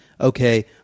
okay